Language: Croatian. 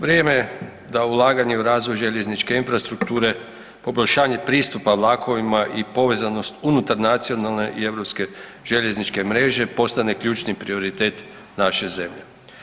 Vrijeme je da ulaganje u razvoj željezničke infrastrukture, poboljšanje pristupa vlakovima i povezanost unutar nacionalne i europske željezničke mreže postane ključni prioritet naše zemlje.